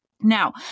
Now